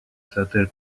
satire